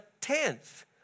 tenth